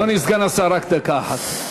אדוני סגן השר, רק דקה אחת.